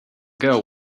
girl